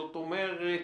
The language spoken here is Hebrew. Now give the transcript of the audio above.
זאת אומרת,